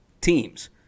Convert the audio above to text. teams